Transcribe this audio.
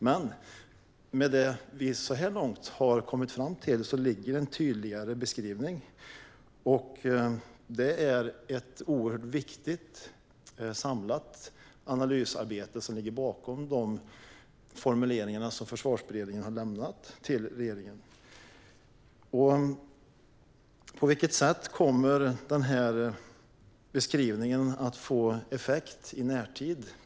Med det vi så här långt har kommit fram till ligger en tydligare beskrivning. Det är ett oerhört viktigt samlat analysarbete som ligger bakom de formuleringar som Försvarsberedningen har lämnat till regeringen. På vilket sätt kommer beskrivningen att få effekt i närtid?